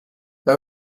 they